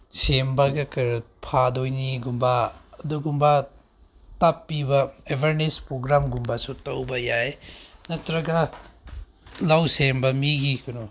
ꯁꯦꯝꯕꯒ ꯀꯩꯅꯣ ꯐꯗꯣꯏꯅꯤꯒꯨꯝꯕ ꯑꯗꯨꯒꯨꯝꯕ ꯇꯥꯛꯄꯤꯕ ꯑꯦꯋꯔꯅꯦꯁ ꯄ꯭ꯔꯣꯒ꯭ꯔꯥꯝꯒꯨꯝꯕꯁꯨ ꯇꯧꯕ ꯌꯥꯏ ꯅꯠꯇ꯭ꯔꯒ ꯂꯧ ꯁꯦꯟꯕ ꯃꯤꯒꯤ ꯀꯩꯅꯣ